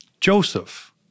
Joseph